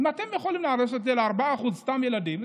אם אתם יכולים לעשות את זה ל-4% סתם ילדים,